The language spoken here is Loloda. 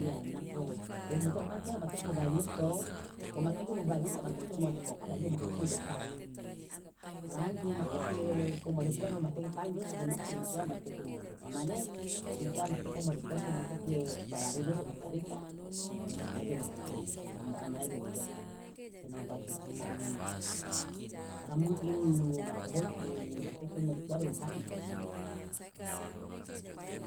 Iya nako womojoka mane kan kia womateke bobaingosi to womateke bobaingoka womateke modekoka de aje de aje woma teke mojoka tara mungkin womateke komodekuwa de womateke kawi done sokonoke ankia womateke mojoka mane ankia womateke komodekosi womateke dalarino so womacarita de aje womateke mane aje womojoka so nanga balusu inaskawingi tara mungkin womako holuku womateke komodekuwa de wo kawingi.